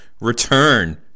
return